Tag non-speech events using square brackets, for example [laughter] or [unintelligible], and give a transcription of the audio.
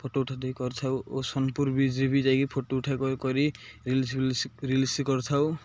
photo ଉଠା ଦେଇ କରିଥାଉ ଓ ସୋନପୁର ବିଚ୍ ବି ଯାଇକି ଫଟୋ ଉଠାଇବା କରି କରି ରିଲ୍ସ [unintelligible] ରିଲ୍ସ କରିଥାଉ